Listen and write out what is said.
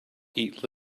eat